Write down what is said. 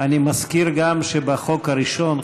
אני מזכיר גם שבחוק הראשון,